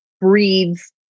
breeds